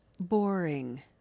boring